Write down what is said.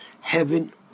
heaven